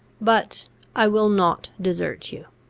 but i will not desert you.